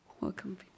Welcome